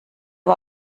war